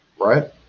Right